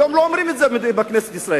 היום לא אומרים את זה בכנסת ישראל.